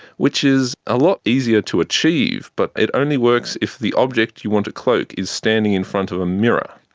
which is a lot easier to achieve but it only works if the object you want to cloak is standing in front of a mirror.